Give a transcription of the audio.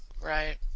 Right